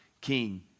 king